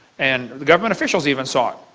and the government officials even saw it.